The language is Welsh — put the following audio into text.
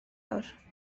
fawr